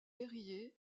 berryer